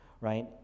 right